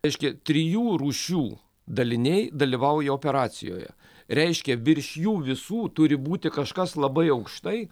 reiškia trijų rūšių daliniai dalyvauja operacijoje reiškia virš jų visų turi būti kažkas labai aukštai